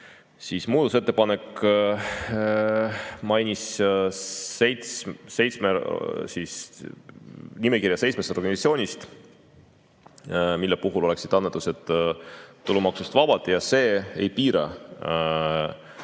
muudatusettepanek mainis nimekirja seitsmest organisatsioonist, mille puhul oleksid annetused tulumaksust vabad, ja see ei piira